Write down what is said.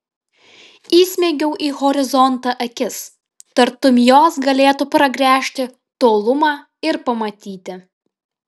įsmeigiau į horizontą akis tartum jos galėtų pragręžti tolumą ir pamatyti